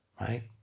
Right